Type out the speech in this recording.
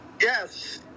Yes